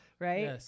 right